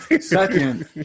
Second